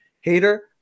hater